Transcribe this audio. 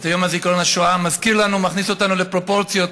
בו את יום הזיכרון לשואה מכניס אותנו לפרופורציות